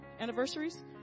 anniversaries